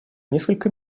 несколько